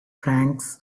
francs